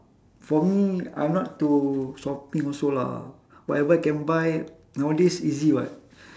for me I'm not to shopping also lah whatever I can buy nowadays easy [what]